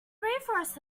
rainforests